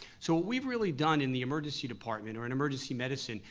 so what we've really done in the emergency department, or in emergency medicine,